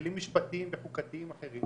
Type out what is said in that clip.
כלים משפטיים וחוקתיים אחרים,